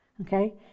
Okay